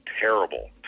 terrible